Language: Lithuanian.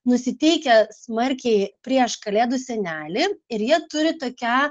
nusiteikę smarkiai prieš kalėdų senelį ir jie turi tokią